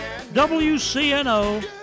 WCNO